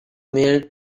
mare